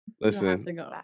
Listen